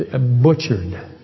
butchered